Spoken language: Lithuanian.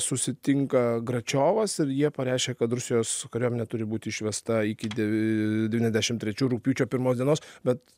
susitinka gračiovas ir jie pareiškia kad rusijos kariuomenė turi būti išvesta iki de devyniasdešimt trečių rugpjūčio pirmos dienos bet